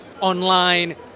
online